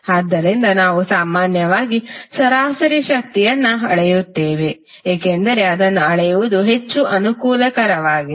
ಆದ್ದರಿಂದ ನಾವು ಸಾಮಾನ್ಯವಾಗಿ ಸರಾಸರಿ ಶಕ್ತಿಯನ್ನು ಅಳೆಯುತ್ತೇವೆ ಏಕೆಂದರೆ ಅದನ್ನು ಅಳೆಯುವುದು ಹೆಚ್ಚು ಅನುಕೂಲಕರವಾಗಿದೆ